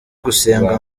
gusenga